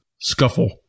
scuffle